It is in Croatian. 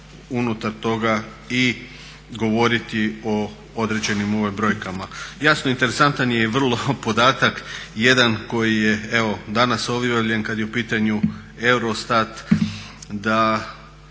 unutar toga i govoriti o određenim brojkama. Jasno interesantan je i vrlo podatak jedan koji je evo danas objavljen kada je u pitanju Eurostat da